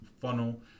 funnel